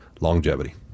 longevity